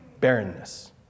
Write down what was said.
barrenness